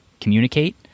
communicate